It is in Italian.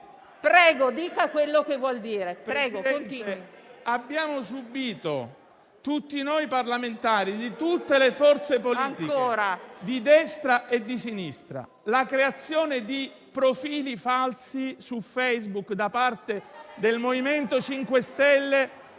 Presidente, abbiamo subito, tutti noi parlamentari di tutte le forze politiche, di destra e di sinistra, la creazione di profili falsi su Facebook da parte del MoVimento 5 Stelle